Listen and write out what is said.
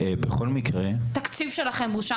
בכל מקרה -- התקציב שלכם בושה,